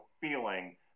feeling